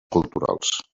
culturals